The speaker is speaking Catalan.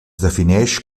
defineix